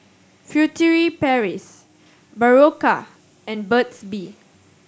Furtere Paris Berocca and Burt's Bee